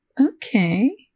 Okay